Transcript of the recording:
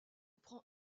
prend